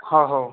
हो हो